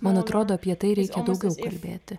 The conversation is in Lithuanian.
man atrodo apie tai reikia daugiau kalbėti